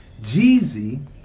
Jeezy